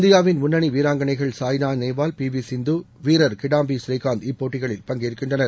இந்தியாவின் முன்னணி வீராங்கனைகள் சாய்னா நேவால் பி வி சிந்து வீரர் கிடாம்பி புரீகாந்த் இப்போட்டிகளில் பங்கேற்கின்றனர்